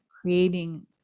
creating